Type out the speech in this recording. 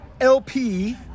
LP